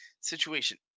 situation